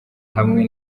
hamwe